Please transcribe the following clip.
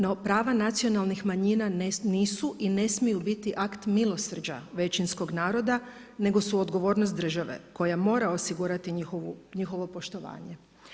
No prava nacionalnih manjina nisu i ne smiju biti akt milosrđa većinskog naroda nego su odgovornost države koja mora osigurati njihovo poštovanje.